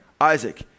Isaac